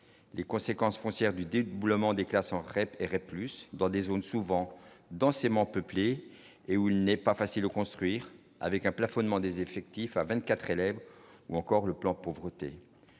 les conséquences foncière du d'éboulements des classes en REP et REP plus dans des zones souvent densément peuplé et où il n'est pas facile au construire avec un plafonnement des effectifs à 24 élèves ou encore le plan pauvreté